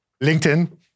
LinkedIn